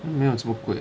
then 没有这么贵